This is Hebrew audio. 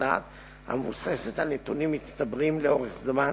ומשכנעת המבוססת על נתונים מצטברים לאורך זמן,